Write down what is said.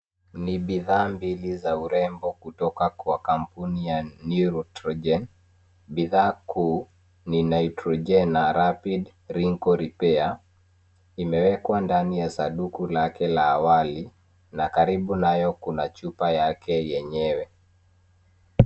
Ni bidhaa mbili za urembo kutoka kwa kampuni ya Neutrogen. Bidhaa kuu ni Neutrogena Rapid Wrinkle Repair . Zimewekwa ndani ya sanduku lake la awali na karibu nayo kuna chupa lake lenyewe.